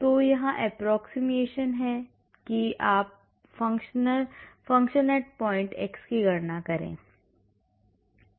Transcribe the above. तो यहाँ approximation है कि आप function at point x की गणना करें